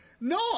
No